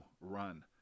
run